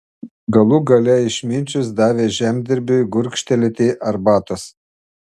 galų gale išminčius davė žemdirbiui gurkštelėti arbatos